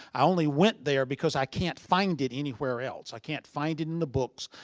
only went there because i can't find it anywhere else. i can't find it in the books,